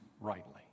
rightly